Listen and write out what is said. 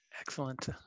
Excellent